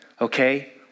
okay